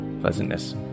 Pleasantness